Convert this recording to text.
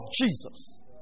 Jesus